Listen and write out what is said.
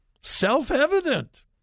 self-evident